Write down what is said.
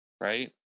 right